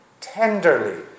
tenderly